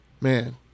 man